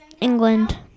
England